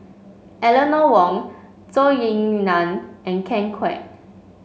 Eleanor Wong Zhou Ying Nan and Ken Kwek